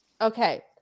Okay